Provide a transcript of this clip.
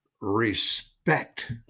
Respect